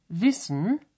wissen